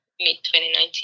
mid-2019